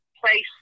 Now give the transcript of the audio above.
place